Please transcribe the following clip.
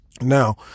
Now